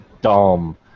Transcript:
dumb